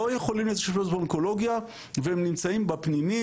לא יכולים לשהות באונקולוגיה והם נמצאים בפנימית,